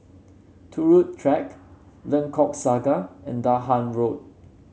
Turut Track Lengkok Saga and Dahan Road